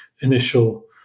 initial